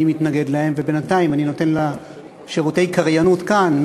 מתנגד להם ובינתיים אני נותן לה שירותי קריינות כאן.